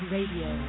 Radio